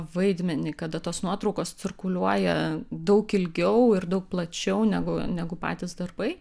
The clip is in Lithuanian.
vaidmenį kada tos nuotraukos cirkuliuoja daug ilgiau ir daug plačiau negu negu patys darbai